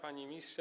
Panie Ministrze!